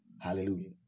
Hallelujah